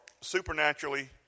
supernaturally